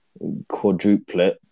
quadruplet